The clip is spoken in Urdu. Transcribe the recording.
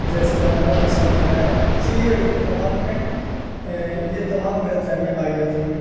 جیسی زبانوں کا سیکھنے کا ہے اس لیے اردو زبان میں یہ تمام غلط فہمیاں پائی جاتی ہیں